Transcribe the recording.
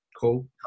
Cool